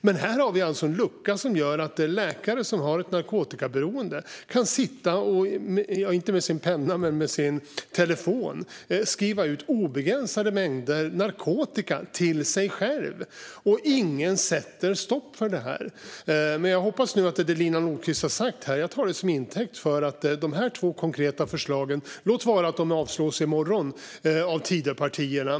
Men här har vi alltså en lucka som gör att en läkare som har ett narkotikaberoende kan sitta och skriva ut, inte med sin penna men med sin telefon, obegränsade mängder narkotika till sig själv, och ingen sätter stopp för det. Jag tar det som Lina Nordquist har sagt här till intäkt för att dessa två konkreta förslag kommer upp på agendan - låt vara att de avslås i morgon av Tidöpartierna.